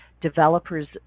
developers